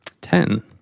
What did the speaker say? Ten